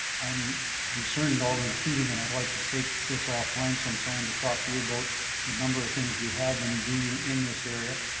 i'm concerned alderman keating and i'd like to take this off line sometime to talk to you about the number of things we have been doing in this area.